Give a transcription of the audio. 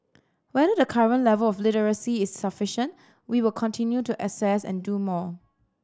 whether the current level of literacy is sufficient we will continue to assess and do more